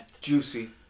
Juicy